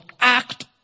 act